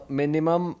minimum